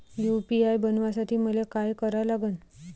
UPI बनवासाठी मले काय करा लागन?